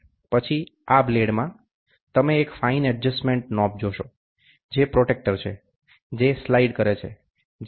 પછી આ બ્લેડ માં તમે એક ફાઇન એડજસ્ટમેન્ટ નોબ જોશો જે પ્રોટ્રેક્ટર છે જે સ્લાઇડ કરે છે જેના દ્વારા સ્લાઇડ થઈ શકે છે